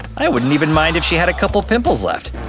i wouldn't even mind if she had a couple pimples left.